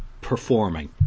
performing